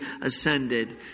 ascended